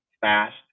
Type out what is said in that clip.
fast